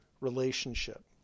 relationship